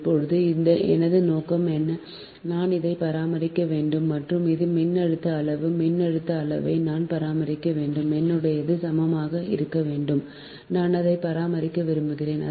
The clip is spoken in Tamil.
இப்போது எனது நோக்கம் நான் இதை பராமரிக்க வேண்டும் மற்றும் இது மின்னழுத்த அளவு மின்னழுத்த அளவை நான் பராமரிக்க வேண்டும் என்னுடையது சமமாக இருக்க வேண்டும் நான் அதை பராமரிக்க விரும்புகிறேன்